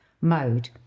mode